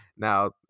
Now